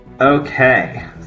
Okay